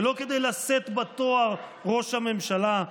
ולא כדי לשאת בתואר ראש הממשלה,